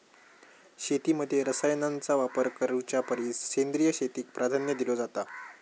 शेतीमध्ये रसायनांचा वापर करुच्या परिस सेंद्रिय शेतीक प्राधान्य दिलो जाता